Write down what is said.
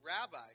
Rabbi